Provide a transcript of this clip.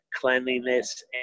cleanliness